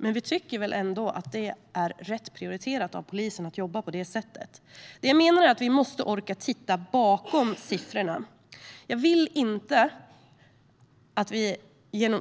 Men vi tycker väl ändå att det är rätt prioriterat av polisen att jobba på det sättet. Vad jag menar är att vi måste orka titta bakom siffrorna. Jag vill inte att vi